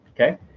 Okay